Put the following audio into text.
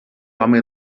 home